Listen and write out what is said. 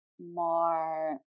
more